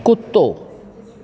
कुतो